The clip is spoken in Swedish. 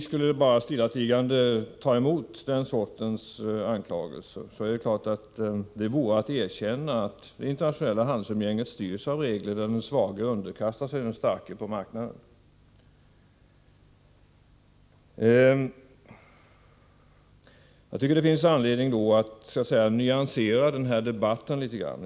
Att bara stillatigande ta emot den sortens anklagelser vore att erkänna att det internationella handelsumgänget styrs av regler där den svage underkastas den starke på marknaden. Jag tycker det finns anledning att nyansera den här debatten litet grand.